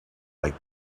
like